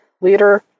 liter